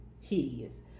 hideous